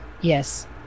yes